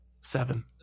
seven